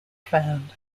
found